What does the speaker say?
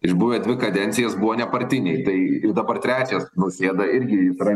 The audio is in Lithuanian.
išbuvę dvi kadencijas buvo nepartiniai tai ir dabar trečias nausėda irgi jis yra